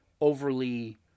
overly